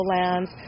lands